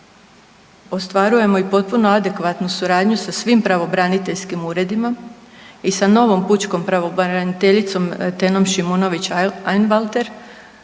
ostvarujemo i potpuno adekvatnu suradnju sa svim pravobraniteljskim uredima i sa novom pučkom pravobraniteljicom Tenom Šimonović Einwalter,